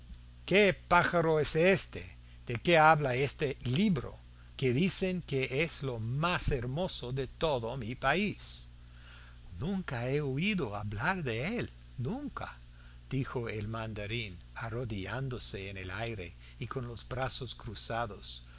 qué pájaro es este de que habla este libro que dicen que es lo más hermoso de todo mi país nunca he oído hablar de él nunca dijo el mandarín arrodillándose en el aire y con los brazos cruzados no